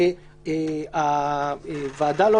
הוועדה לא